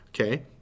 Okay